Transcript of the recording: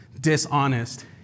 dishonest